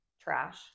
trash